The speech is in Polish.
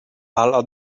ala